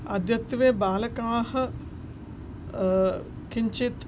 अद्यत्वे बालकाः किञ्चित्